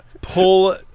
pull